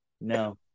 no